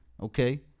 okay